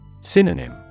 Synonym